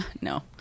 No